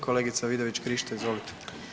Kolegica Vidović-Krišto, izvolite.